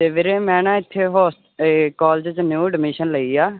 ਅਤੇ ਵੀਰੇ ਮੈਂ ਨਾ ਇਥੇ ਹੌਸ ਕਾਲਜ 'ਚ ਨਿਊ ਐਡਮਿਸ਼ਨ ਲਈ ਆ